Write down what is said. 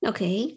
Okay